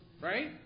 Right